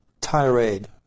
tirade